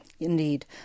Indeed